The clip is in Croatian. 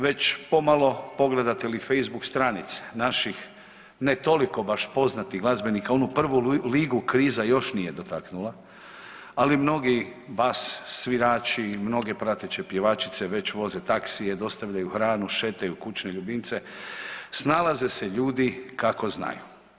Već pomalo pogledate li facebook stranice naših ne toliko baš poznatih glazbenika onu prvu ligu kriza još nije dotaknula, ali mnogi vas svirači i mnoge prateće pjevačice već voze taksije, dostavljaju hranu, šetaju kućne ljubimce, snalaze se ljudi kako znaju.